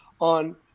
on